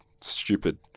stupid